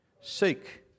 Seek